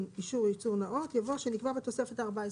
באישור ייצור נאות יבוא מה שנקבע בתוספת ה-14,